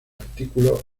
artículos